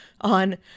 on